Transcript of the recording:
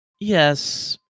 Yes